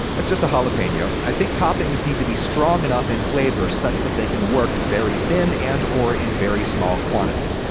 that's just a jalapeno. i think toppings need to be strong enough in flavor such they can work very thin and or in very small quantities,